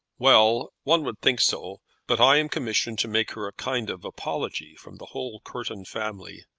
well one would think so but i am commissioned to make her a kind of apology from the whole courton family.